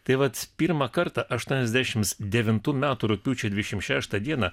tai vat pirmą kartą aštuoniasdešimt devintų metų rugpjūčio dvidešimt šeštą dieną